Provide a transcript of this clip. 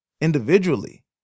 individually